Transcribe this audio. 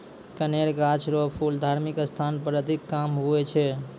कनेर गाछ रो फूल धार्मिक स्थान पर अधिक काम हुवै छै